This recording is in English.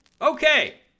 Okay